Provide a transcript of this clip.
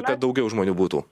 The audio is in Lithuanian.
kad daugiau žmonių būtų